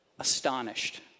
astonished